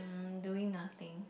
doing nothing